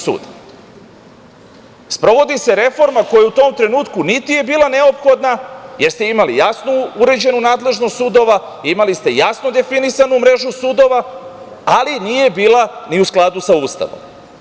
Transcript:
Sprovodi se reforma koja u tom trenutku niti je bila neophodna, jer ste imali jasno uređenu nadležnost sudova, imali ste jasno definisanu mrežu sudova, ali nije bila ni u skladu sa Ustavom.